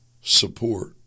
support